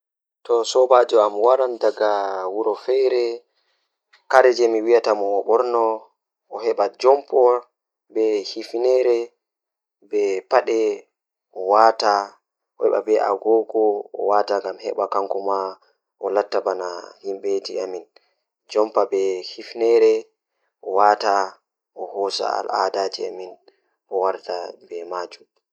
So njate gorko ɗoo njulɓe yaha ngoo, mi hiɓa mo yaru huwdi ka heɓde leɓɓe waɗuɗi. So waɗiɗo jamma e mbanni, mi ɗoowi mo dow mawniraaji e saareje ɗowri. So ɗuuɗi puccu, ɗum fow fayii minirɗo feere wujje sarii e winndina. So gorko njulɓe waɗɗi njammu mbulaare, waɗiima leɓɓe waɗata noom